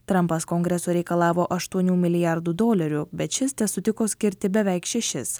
trampas kongreso reikalavo aštuonių milijardų dolerių bet šis tesutiko skirti beveik šešis